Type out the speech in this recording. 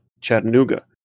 Chattanooga